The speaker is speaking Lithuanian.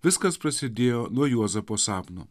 viskas prasidėjo nuo juozapo sapno